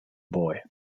boy